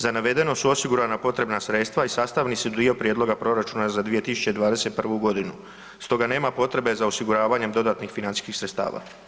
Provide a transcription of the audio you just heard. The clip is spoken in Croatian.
Za navedeno su osigurana potrebna sredstva i sastavni su dio prijedloga proračuna za 2021. g. Stoga nema potrebe za osiguranjem dodatnih financijskih sredstava.